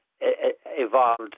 evolved